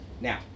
Now